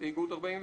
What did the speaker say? הסתייגות 49: